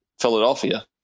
Philadelphia